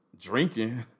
drinking